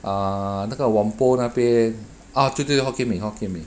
ah 那个 whampoa 那边 ah 对对对 hokkien mee hokkien mee